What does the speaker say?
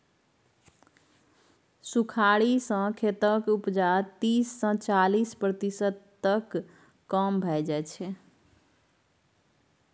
सुखाड़ि सँ खेतक उपजा तीस सँ चालीस प्रतिशत तक कम भए जाइ छै